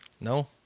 No